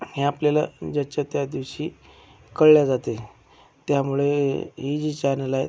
हे आपल्याला ज्याच्या त्या दिवशी कळल्या जाते त्यामुळे ही जी चॅनल आहेत